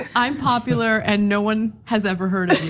i'm popular and no one has ever heard of